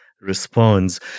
responds